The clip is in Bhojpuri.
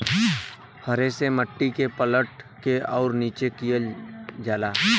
हरे से मट्टी के पलट के उपर नीचे कइल जाला